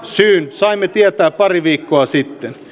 syyn saimme tietää pari viikkoa sitten